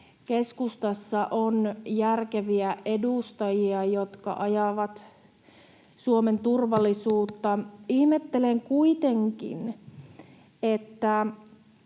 keskustassa on järkeviä edustajia, jotka ajavat Suomen turvallisuutta. Ihmettelen kuitenkin, että